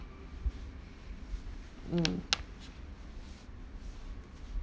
mm